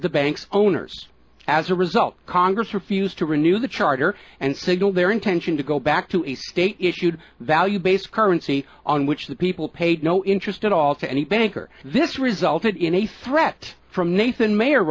the bank's owners as a result congress refused to renew the charter and signaled their intention to go back to a state issued value based currency on which the people paid no interest at all to any banker this resulted in a threat from nathan mayor